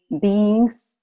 beings